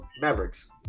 Mavericks